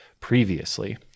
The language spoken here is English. previously